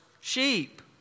sheep